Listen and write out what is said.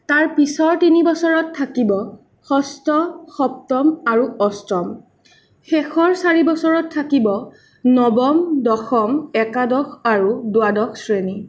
তাৰ পিছৰ তিনি বছৰত থাকিব ষষ্ঠ সপ্তম আৰু অষ্টম শেষৰ চাৰি বছৰত থাকিব নৱম দশম একাদশ আৰু দ্বাদশ শ্ৰেণী